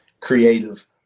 creative